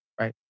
right